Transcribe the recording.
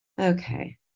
Okay